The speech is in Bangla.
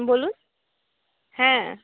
বলুন হ্যাঁ